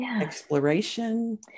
exploration